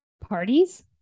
parties